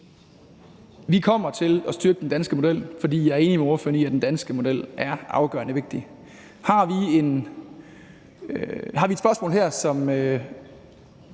Vi kommer til at styrke den danske model, for jeg er enig med hr. Karsten Hønge i, at den danske model er afgørende vigtig. Har vi et spørgsmål her, hvor